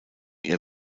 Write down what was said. ihr